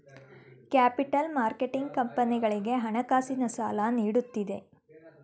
capital marketing ಕಂಪನಿಗಳಿಗೆ ಹಣಕಾಸಿನ ಸಾಲ ನೀಡುತ್ತದೆ